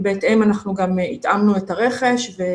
ובהתאם גם התאמנו את הרכש.